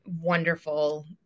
wonderful